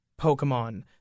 Pokemon